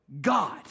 God